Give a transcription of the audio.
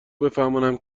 بفهمانم